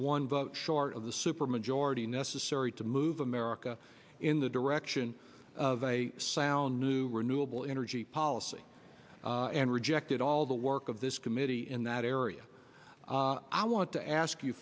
vote short of the supermajority necessary to move america in the direction of a sound new renewable energy policy and rejected all the work of this committee in that area i want to ask you